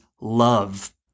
love